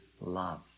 love